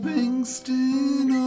Bingston